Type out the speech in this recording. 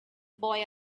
boy